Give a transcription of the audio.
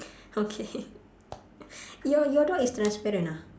okay your your door is transparent ah